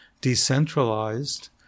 decentralized